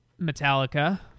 Metallica